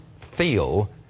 feel